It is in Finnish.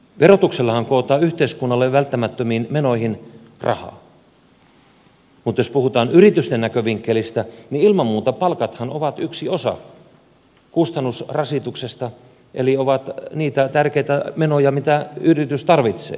verotuksellahan kootaan yhteiskunnalle välttämättömiin menoihin rahaa mutta jos puhutaan yritysten näkövinkkelistä niin palkathan ovat ilman muuta yksi osa kustannusrasituksesta eli ovat niitä tärkeitä menoja mitä yritys tarvitsee